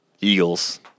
Eagles